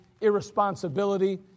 irresponsibility